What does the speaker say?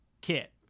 Kit